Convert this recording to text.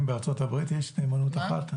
בארצות הברית יש נאמנות אחת לישראל?